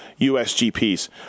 USGPs